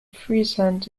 friesland